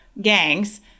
gangs